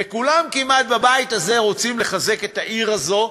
וכמעט כולם בבית הזה רוצים לחזק את העיר הזאת,